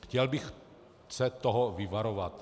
Chtěl bych se toho vyvarovat.